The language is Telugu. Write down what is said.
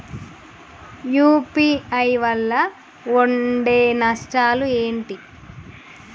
యూ.పీ.ఐ వల్ల ఉండే నష్టాలు ఏంటి??